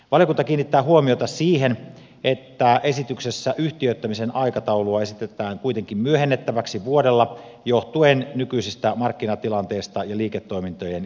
valiokunta kiinnittää huomiota siihen että esityksessä yhtiöittämisen aikataulua esitetään kuitenkin myöhennettäväksi vuodella johtuen nykyisestä markkinatilanteesta ja liiketoimintojen kehittämistilanteesta